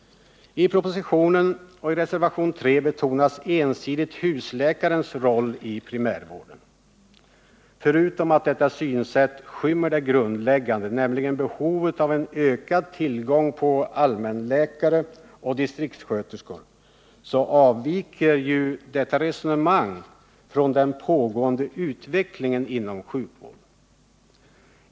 I propositionen och i reservationen nr 2 betonas ensidigt husläkarens roll i primärvården. Förutom att detta synsätt skymmer det grundläggande, nämligen behovet av en ökad tillgång till allmänläkare och distriktssköterskor, avviker detta resonemang från den pågående utvecklingen inom sjuk 183 vården.